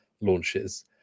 launches